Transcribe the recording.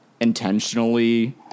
intentionally